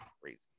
crazy